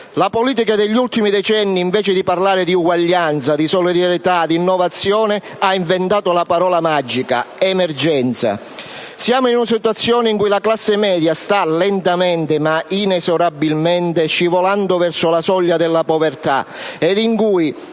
La politica degli ultimi decenni, invece di parlare di uguaglianza, di solidarietà, di innovazione, ha inventato la parola magica: emergenza. Siamo in una situazione in cui la classe media sta lentamente ma inesorabilmente scivolando verso la soglia della povertà ed in cui